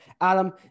Adam